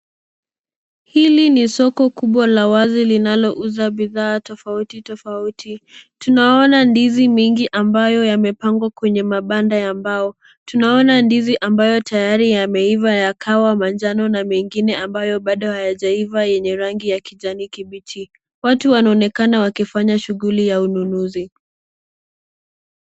Hili ni soko kubwa la wazi linalouza bidhaa tofauti tofauti. Tunaona ndizi mingi ambayo yamepangwa kwenye mabanda ya mbao. Tunaona ndizi ambayo tayari yameiva yakawa manjano na mengine ambayo bado hayajaiva yenye rangi ya kijani kibichi . Watu wanaonekana wakifanya shughuli ya ununuzi.